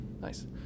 Nice